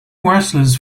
wrestlers